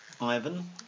Ivan